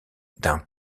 d’un